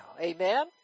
Amen